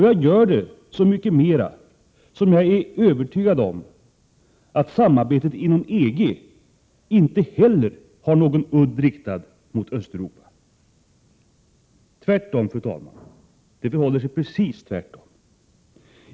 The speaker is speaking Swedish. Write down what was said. Jag gör det så mycket mera som jag är övertygad om att samarbetet inom EG inte heller har någon udd riktad mot Östeuropa. Det förhåller sig precis tvärtom, fru talman!